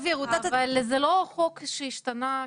העבירו -- אבל זה לא חוק שהשתנה,